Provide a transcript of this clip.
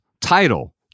title